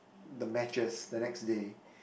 the matches the next day